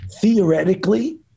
theoretically